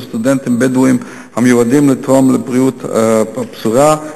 סטודנטים בדואים המיועדים לתרום לבריאות הפזורה,